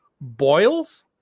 boils